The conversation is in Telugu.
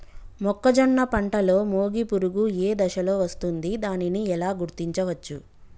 మొక్కజొన్న పంటలో మొగి పురుగు ఏ దశలో వస్తుంది? దానిని ఎలా గుర్తించవచ్చు?